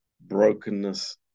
brokenness